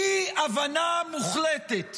אי-הבנה מוחלטת